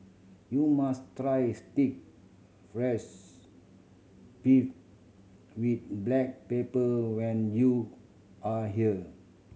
you must try beef with black pepper when you are here